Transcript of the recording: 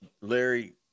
Larry